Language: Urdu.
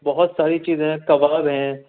بہت ساری چیزیں ہیں کباب ہیں